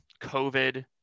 COVID